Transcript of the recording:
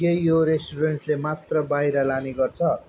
के यो रेस्ट्रुरेन्टले मात्र बाहिर लाने गर्छ